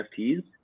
NFTs